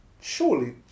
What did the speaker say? Surely